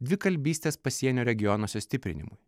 dvikalbystės pasienio regionuose stiprinimui